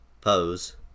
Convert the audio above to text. pose